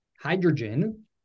hydrogen